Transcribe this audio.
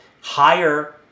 higher